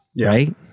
right